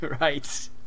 Right